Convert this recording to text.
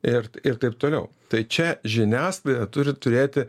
ir ir taip toliau tai čia žiniasklaida turi turėti